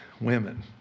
women